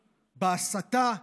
בהסתה,